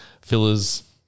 fillers